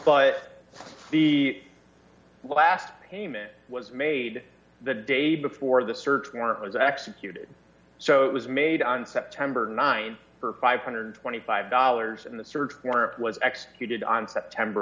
but the last payment was made the day before the search warrant was executed so it was made on september th for five hundred and twenty five dollars and the search warrant was executed on